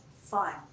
fun